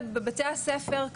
תודה רבה.